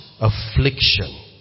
affliction